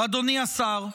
אדוני השר,